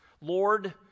Lord